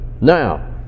Now